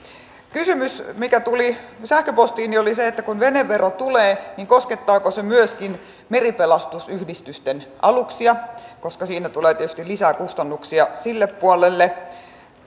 kysymys mikä tuli sähköpostiini oli se että kun venevero tulee niin koskettaako se myöskin meripelastusyhdistysten aluksia koska siinä tulee tietysti lisää kustannuksia sille puolelle